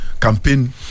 campaign